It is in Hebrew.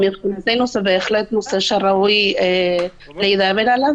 מבחינתנו זה בהחלט נושא שראוי לדבר עליו,